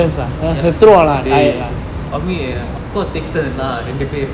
ya டேய்:dei of course take turn lah ரெண்டு பேர்:rendu per